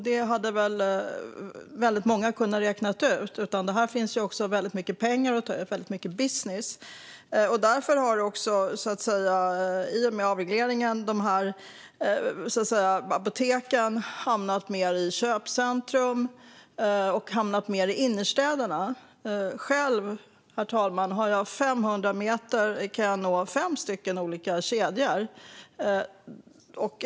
Det hade väldigt många kunnat räkna ut. Här finns väldigt mycket pengar att ta ut och väldigt mycket business. I och med avregleringen har apoteken hamnat mer i köpcentrum och i innerstäderna. Själv, herr talman, kan jag på 500 meter nå fem olika kedjor.